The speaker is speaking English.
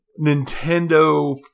Nintendo